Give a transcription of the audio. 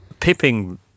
pipping